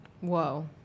Whoa